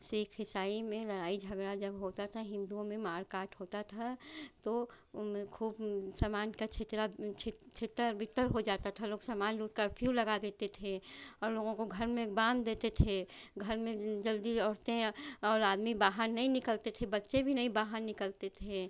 सिक्ख इसाई में लड़ाई झगड़ा जब होता था हिन्दुओं में मार काट होती थी तो ओमें खुब समान का छितला छित तितर बितर हो जाता था लोग समान लूट कर्फ़्यू लगा देते थे और लोगों को घर में बाँध देते थे घर में जल्दी औरतें और आदमी बाहर नहीं निकलते थे बच्चे भी नहीं बाहर निकलते थे